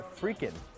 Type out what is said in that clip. freaking